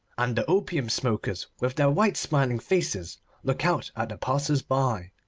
and the opium-smokers with their white smiling faces look out at the passers-by.